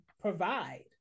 provide